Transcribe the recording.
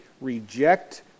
reject